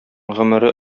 гомере